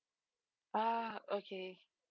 ah okay